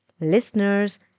Listeners